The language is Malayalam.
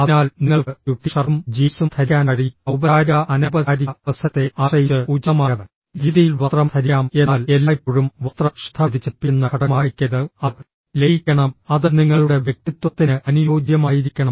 അതിനാൽ നിങ്ങൾക്ക് ഒരു ടി ഷർട്ടും ജീൻസും ധരിക്കാൻ കഴിയും ഔപചാരിക അനൌപചാരിക അവസരത്തെ ആശ്രയിച്ച് ഉചിതമായ രീതിയിൽ വസ്ത്രം ധരിക്കാം എന്നാൽ എല്ലായ്പ്പോഴും വസ്ത്രം ശ്രദ്ധ വ്യതിചലിപ്പിക്കുന്ന ഘടകമായിരിക്കരുത് അത് ലയിക്കണം അത് നിങ്ങളുടെ വ്യക്തിത്വത്തിന് അനുയോജ്യമായിരിക്കണം